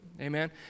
Amen